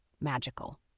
magical